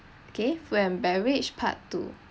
okay when beverage part two